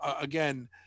again